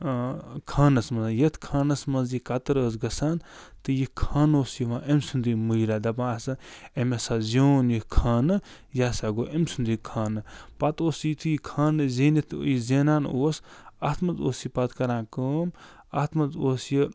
خانَس منٛز یَتھ خانَس منٛز یہِ کَتٕر ٲس گَژھان تہٕ یہِ خانہٕ اوس یِوان أمۍ سُنٛدٕے مُجراہ دَپان آسہٕ أمۍ ہَسا زیوٗن یہِ خانہٕ یہِ ہسا گوٚو أمۍ سُنٛد یہِ خانہٕ پتہٕ اوس یُتھُے یہِ خانہٕ زیٖنِتھ یہِ زینان اوس اَتھ منٛز اوس یہِ پتہٕ کَران کٲم اَتھ منٛز اوس یہِ